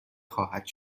خواهد